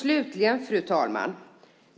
Slutligen, fru talman,